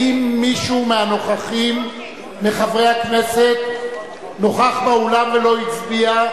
האם מישהו מחברי הכנסת נוכח באולם ולא הצביע?